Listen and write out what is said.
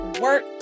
work